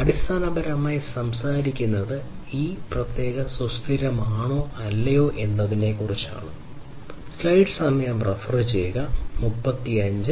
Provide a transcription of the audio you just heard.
അടിസ്ഥാനപരമായി സംസാരിക്കുന്നത് ഒരു പ്രത്യേക ശ്രമം സുസ്ഥിരമാണോ അല്ലയോ എന്നതിനെക്കുറിച്ച്